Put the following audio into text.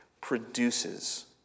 produces